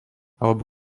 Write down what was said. alebo